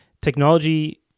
technology